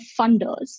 funders